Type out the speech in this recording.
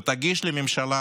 ותגיש לממשלה